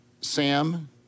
Sam